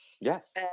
yes